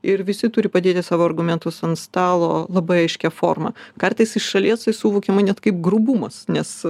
ir visi turi padėti savo argumentus ant stalo labai aiškia forma kartais iš šalies tai suvokiama net kaip grubumas nes